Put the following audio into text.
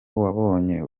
wabonye